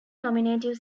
nominative